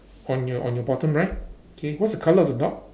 on your on your bottom right okay what's the colour of the dog